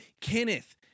Kenneth